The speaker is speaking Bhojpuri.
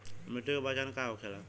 मिट्टी के पहचान का होखे ला?